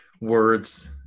words